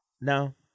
no